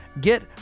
Get